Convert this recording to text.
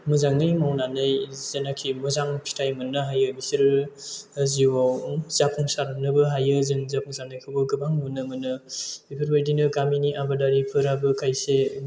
मोजाङै मावनानै जायनोखि मोजां फिथाय मोननो हायो बिसोरो जिउआव जाफुंसारनोबो हायो जों जाफुंसारनायखौबो गोबां नुनो मोनो बेफोरबायदिनो गामिनि आबादारिफोराबो खायसे